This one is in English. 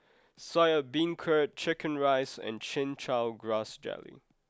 Soya Beancurd Chicken Rice and Chin Chow Grass Jelly